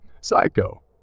psycho